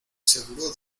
seguro